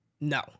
no